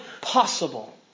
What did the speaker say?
possible